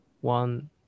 one